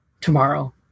tomorrow